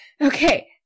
Okay